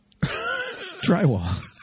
Drywall